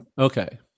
Okay